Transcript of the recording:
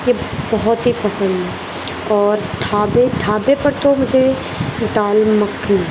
یہ بہت ہی پسند ہیں اور ڈھابے ڈھابے پر تو مجھے دال مکھنی